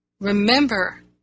remember